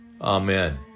Amen